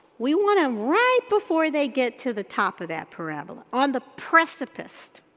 we want them right before they get to the top of that parabola, on the precipice.